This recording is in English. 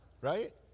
Right